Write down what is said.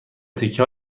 تکه